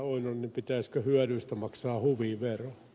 oinonen hyödyistä maksaa huvivero